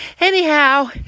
Anyhow